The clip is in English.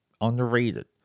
Underrated